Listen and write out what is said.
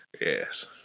Yes